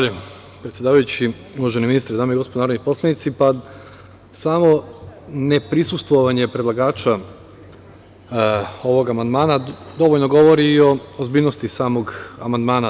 Uvaženi ministre, dame i gospodo narodni poslanici, samo ne prisustvovanje predlagača ovog amandmana dovoljno govori i o ozbiljnosti samog amandmana.